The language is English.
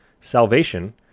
Salvation